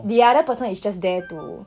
the other person is just there to